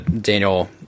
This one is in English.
Daniel